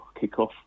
kick-off